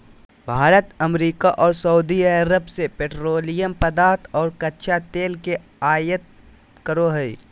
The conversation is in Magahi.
भारत अमेरिका आर सऊदीअरब से पेट्रोलियम पदार्थ आर कच्चा तेल के आयत करो हय